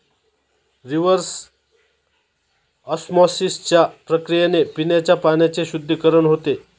reverse ऑस्मॉसिसच्या प्रक्रियेने पिण्याच्या पाण्याचे शुद्धीकरण होते